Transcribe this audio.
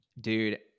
Dude